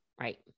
Right